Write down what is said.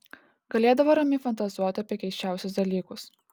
galėdavo ramiai fantazuoti apie keisčiausius dalykus